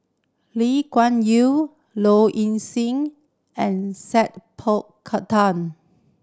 Lee Kuan Yew Low Ing Sing and Sat Pal Khattar